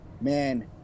man